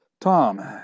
Tom